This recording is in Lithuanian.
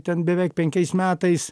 ten beveik penkiais metais